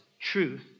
truth